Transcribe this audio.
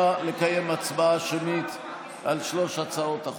לקיים הצבעה שמית על שלוש הצעות החוק.